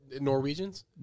Norwegians